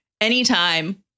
anytime